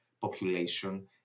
population